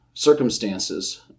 circumstances